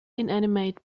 inanimate